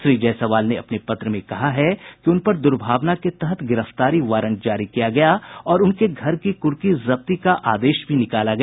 श्री जायसवाल ने अपने पत्र में कहा है कि उनपर दुर्भावना के तहत गिरफ्तारी वारंट जारी किया गया और उनके घर की कुर्की जब्ती का आदेश भी निकाला गया